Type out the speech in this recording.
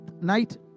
night